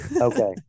Okay